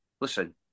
listen